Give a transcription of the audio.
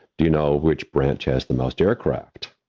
do you know which branch has the most aircraft?